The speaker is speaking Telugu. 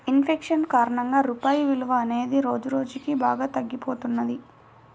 ఇన్ ఫేషన్ కారణంగా రూపాయి విలువ అనేది రోజురోజుకీ బాగా తగ్గిపోతున్నది